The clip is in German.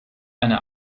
eine